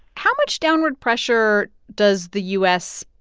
how much downward pressure does the u s.